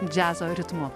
džiazo ritmu